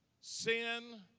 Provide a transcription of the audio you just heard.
sin